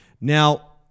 Now